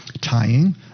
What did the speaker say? tying